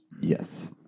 Yes